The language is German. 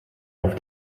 auf